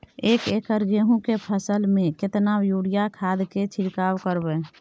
एक एकर गेहूँ के फसल में केतना यूरिया खाद के छिरकाव करबैई?